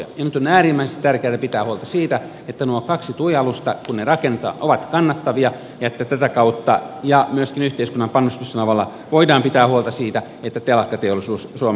nyt on äärimmäisen tärkeätä pitää huolta siitä että nuo kaksi tui alusta kun ne rakennetaan ovat kannattavia ja että myöskin yhteiskunnan panostuksen avulla voidaan pitää huolta siitä että telakkateollisuus suomessa säilyy